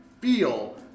feel